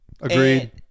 Agreed